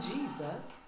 Jesus